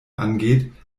angeht